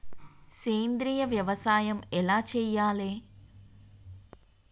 సేంద్రీయ వ్యవసాయం ఎలా చెయ్యాలే?